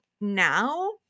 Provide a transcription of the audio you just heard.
now